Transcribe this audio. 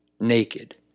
naked